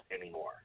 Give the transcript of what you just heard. anymore